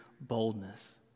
boldness